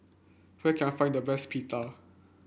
where can I find the best Pita